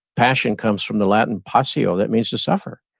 passion comes from the latin passio, that means to suffer.